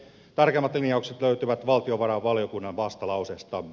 tarkemmin linjaukset löytyvät valtiovarainvaliokunnan vastalauseestamme